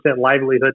livelihood